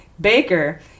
Baker